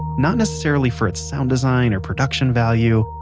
not necessarily for it's sound design or production value,